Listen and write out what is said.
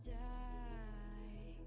die